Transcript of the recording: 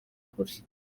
kure